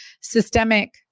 systemic